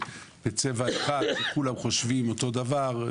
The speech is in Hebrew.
כולם חושבים אותו דבר,